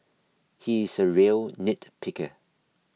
he is a real nitpicker